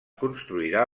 construirà